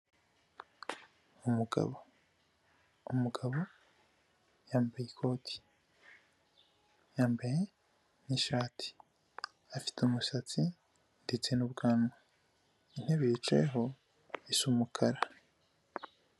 Umugabo umugabo yambaye ikoti yambaye n'ishati afite umusatsi ndetse n'ubwanwa, intebe yicayeho isa umukara.